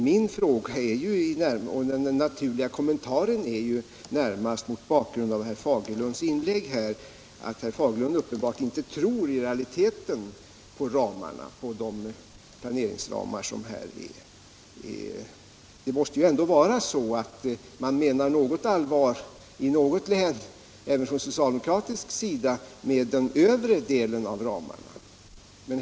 Den naturliga kommentaren till herr Fagerlunds inlägg är att herr Fagerlund uppenbarligen inte tror på de planeringsramar som här finns. Man måste väl ändå mena något allvar även på socialdemokratisk sida med de övre delarna av ramarna.